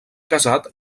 casat